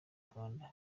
rwanda